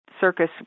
circus